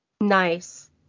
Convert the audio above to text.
Nice